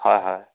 হয় হয়